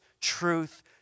truth